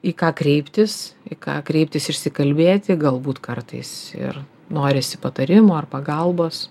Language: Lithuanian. į ką kreiptis į ką kreiptis išsikalbėti galbūt kartais ir norisi patarimo ar pagalbos